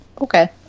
Okay